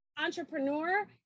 entrepreneur